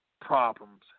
problems